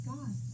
God